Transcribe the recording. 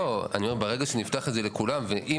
לא אני אומר ברגע שנפתח את זה לכולם ואם